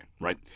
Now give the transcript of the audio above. right